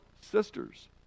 sisters